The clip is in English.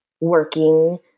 working